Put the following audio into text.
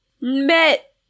met